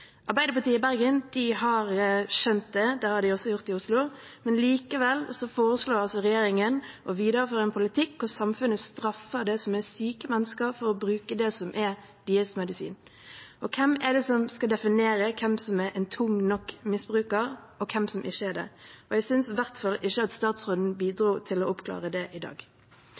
Arbeiderpartiet i Bergen har skjønt det. Det har de også gjort i Oslo, men likevel foreslår altså regjeringen å videreføre en politikk der samfunnet straffer det som er syke mennesker for å bruke det som er deres medisin. Og hvem er det som skal definere hvem som er en tung nok misbruker, og hvem som ikke er det? Jeg synes i hvert fall ikke at statsråden bidro til å oppklare det i dag.